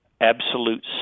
absolute